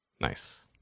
Nice